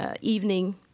evening